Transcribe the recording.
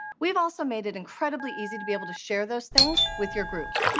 we've also made it incredibly easy to be able to share those things with your group.